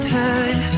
time